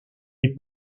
est